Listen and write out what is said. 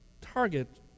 target